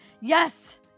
Yes